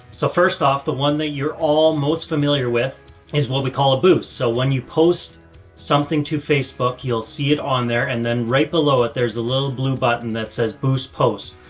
so first off, the one that you're all most familiar with is what we call a boost. so when you post something to facebook, you'll see it on there. and then right below it there's a little blue button that says boost post.